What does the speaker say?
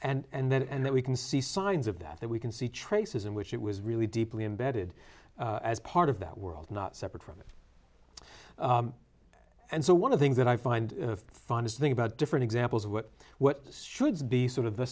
and and then and then we can see signs of that that we can see traces in which it was really deeply embedded as part of that world not separate from and so one of things that i find funny is thing about different examples of what what should be sort of the